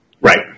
right